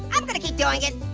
i'm gonna keep doing it.